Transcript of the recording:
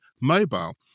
mobile